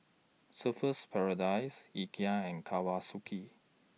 Surfer's Paradise Ikea and Kawasaki